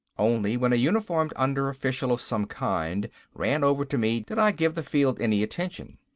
only when a uniformed under-official of some kind ran over to me, did i give the field any attention.